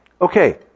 Okay